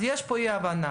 אז יש פה אי הבנה.